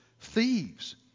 thieves